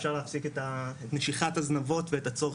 אפשר להפסיק את נשיכת הזנבות ואת הצורך